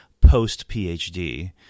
post-PhD